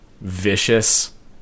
vicious